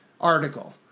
article